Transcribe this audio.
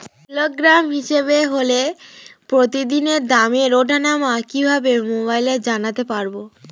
Kilogram হিসাবে হলে প্রতিদিনের দামের ওঠানামা কিভাবে মোবাইলে জানতে পারবো?